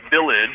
village